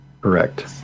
Correct